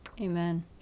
Amen